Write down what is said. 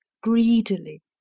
greedily